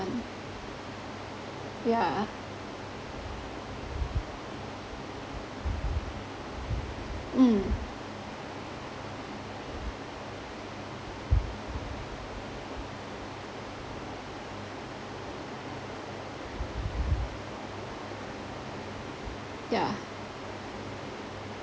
yeah mm yeah